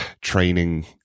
training